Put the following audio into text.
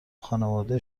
خانواده